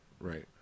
right